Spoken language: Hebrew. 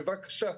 בבקשה.